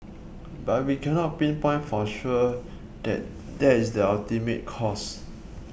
but we cannot pinpoint for sure that that is the ultimate cause